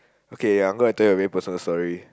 okay I'm going to tell you a very personal story